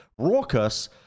Raucus